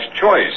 choice